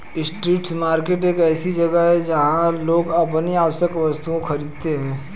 street market एक ऐसी जगह है जहां लोग अपनी आवश्यक वस्तुएं खरीदते हैं